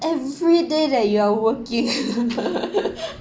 every day that you are working